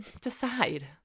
decide